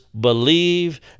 believe